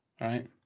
right